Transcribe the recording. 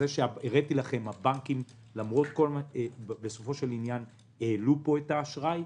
הראיתי לכם שהבנקים בסופו של דבר העלו פה את האשראי.